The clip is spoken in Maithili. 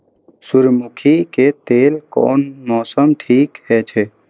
सूर्यमुखी के लेल कोन मौसम ठीक हे छे?